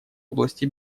области